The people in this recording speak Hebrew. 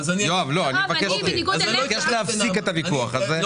אני מבקש להפסיק את הוויכוח הזה.